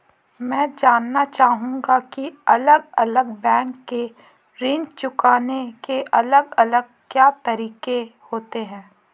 मैं जानना चाहूंगा की अलग अलग बैंक के ऋण चुकाने के अलग अलग क्या तरीके होते हैं?